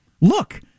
Look